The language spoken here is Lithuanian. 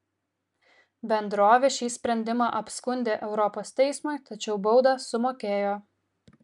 bendrovė šį sprendimą apskundė europos teismui tačiau baudą sumokėjo